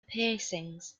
piercings